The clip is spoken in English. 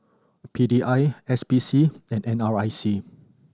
P D I S P C and N R I C